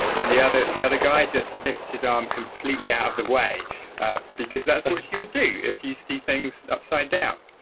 and the other the other guy just lifts his arm completely out of the way because that's what you would do if you see things upside down.